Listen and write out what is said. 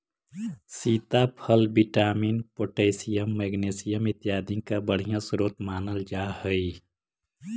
सीताफल vitamin, potassium, magnesium इत्यादि का बढ़िया स्रोत मानल जा हई